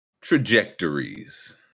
trajectories